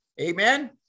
Amen